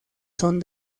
son